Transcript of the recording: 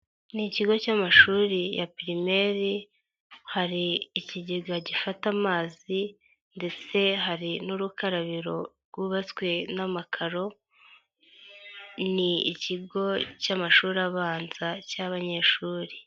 Ni ikigo cy'amashuri ya pirimeri, hari ikigega gifata amazi ndetse hari n'urukarabiro rwubatswe n'amakaro, ni ikigo cy'amashuri abanza cy'abanyeshuri.